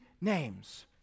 names